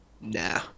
Nah